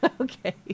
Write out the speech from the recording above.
Okay